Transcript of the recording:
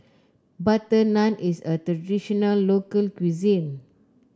butter naan is a traditional local cuisine